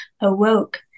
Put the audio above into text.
awoke